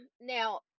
now